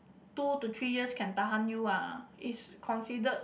two to three years can tahan you ah is considered